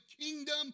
kingdom